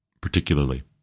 particularly